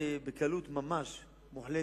בקלות ממש מוחלטת,